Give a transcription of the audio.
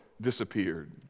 disappeared